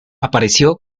apareció